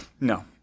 No